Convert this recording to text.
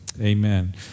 Amen